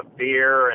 beer